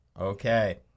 Okay